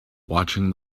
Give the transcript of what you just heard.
watching